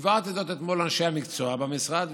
הבהרתי זאת אתמול לאנשי המקצוע במשרד,